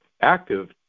active